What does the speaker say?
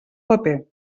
paper